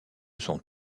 son